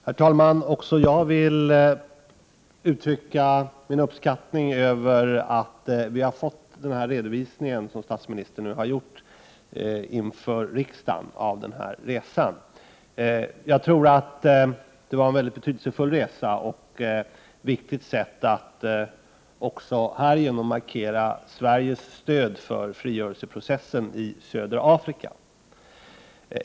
Herr talman! Också jag vill uttrycka min uppskattning över att vi från statsministern har fått denna redovisning inför riksdagen av hans resa. Jag tror att det var en betydelsefull resa och ett viktigt sätt att markera Sveriges stöd för frigörelseprocessen i södra Afrika.